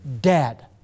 dead